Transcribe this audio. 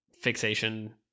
fixation